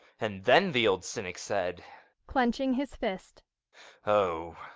and then the old cynic said clenching his fist oh!